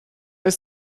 ist